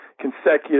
consecutive